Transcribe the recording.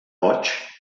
boig